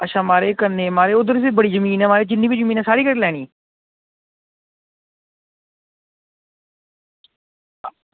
अच्छा म्हाराज कन्नै बी उद्धर बी बड़ी जमीन ऐ जिन्नी बी जमीन ऐ सारी घेरी लैनी